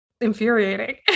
infuriating